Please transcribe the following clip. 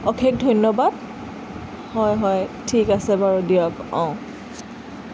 অশেষ ধন্যবাদ হয় হয় ঠিক আছে বাৰু দিয়ক অঁ